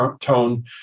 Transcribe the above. tone